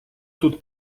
тут